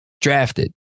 drafted